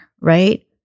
right